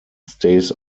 stays